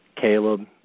Caleb